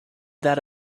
that